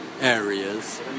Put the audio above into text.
areas